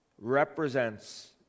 represents